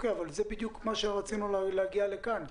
אבל זה בדיוק מה שרצינו להגיע אליו כאן.